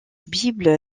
bible